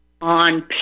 on